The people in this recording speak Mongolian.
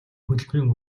хөдөлмөрийн